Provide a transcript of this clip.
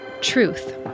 Truth